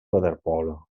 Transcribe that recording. waterpolo